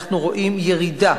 אנחנו רואים ירידה